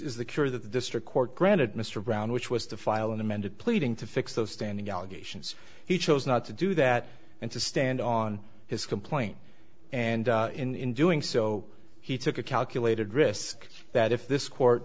the cure the district court granted mr brown which was to file an amended pleading to fix those standing allegations he chose not to do that and to stand on his complaint and in doing so he took a calculated risk that if this court